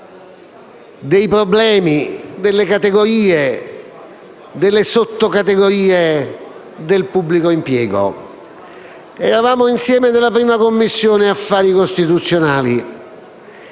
dei problemi, delle categorie e delle sottocategorie del pubblico impiego. Eravamo insieme nella 1a Commissione affari costituzionali.